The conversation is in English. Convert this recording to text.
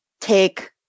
take